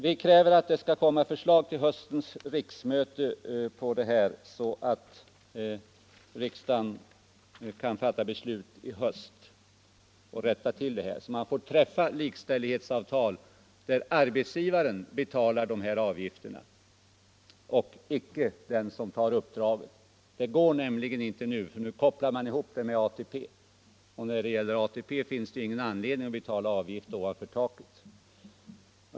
Vi kräver att det kommer förslag till lösning av detta problem till höstens riksmöte, så att riksdagen kan fatta beslut som gör det möjligt att träffa likställighetsavtal där arbetsgivaren betalar dessa avgifter och icke den som har uppdragen. Det går nämligen inte nu. Nu kopplar man ihop det med ATP. Och när det gäller ATP finns det ingen anledning att betala avgift ovanför taket.